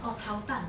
or 炒蛋